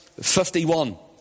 51